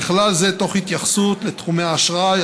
ובכלל זה תוך התייחסות לתחומי האשראי,